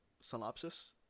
synopsis